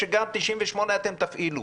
שגם 98 אתם תפעילו.